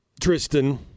Tristan